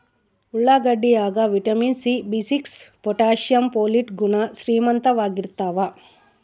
ಉಳ್ಳಾಗಡ್ಡಿ ಯಾಗ vitamin C B six potassium folate ಗುಣ ಶ್ರೀಮಂತವಾಗಿರ್ತಾವ